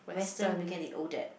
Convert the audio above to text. Western we can eat Odette